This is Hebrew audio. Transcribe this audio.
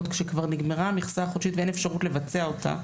כשכבר נגמרה המכסה החודשית ואין אפשרות לבצע אותה.